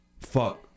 Fuck